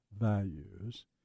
values